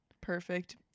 Perfect